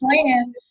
plan